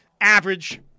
average